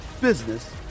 business